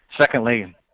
Secondly